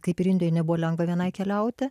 kaip ir indijoj nebuvo lengva vienai keliauti